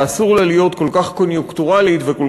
ואסור לה להיות כל כך קוניונקטורלית וכל